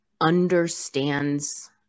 understands